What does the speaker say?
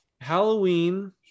Halloween